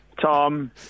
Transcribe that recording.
Tom